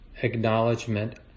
acknowledgement